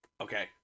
Okay